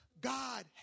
God